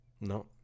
No